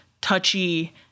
touchy